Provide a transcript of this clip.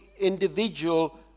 individual